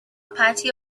party